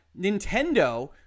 Nintendo